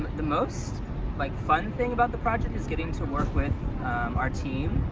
the most like fun thing about the project is getting to work with our team,